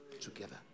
together